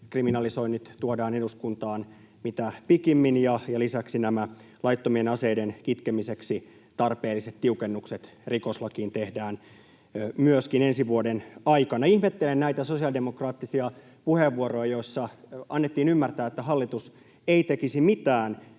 kriminalisoinnit tuodaan eduskuntaan mitä pikimmin ja lisäksi nämä laittomien aseiden kitkemiseksi tarpeelliset tiukennukset rikoslakiin tehdään myöskin ensi vuoden aikana. Ihmettelen näitä sosiaalidemokraattisia puheenvuoroja, joissa annettiin ymmärtää, että hallitus ei tekisi mitään